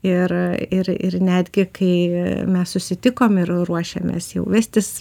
ir ir ir netgi kai mes susitikom ir ruošėmės jau vestis